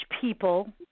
people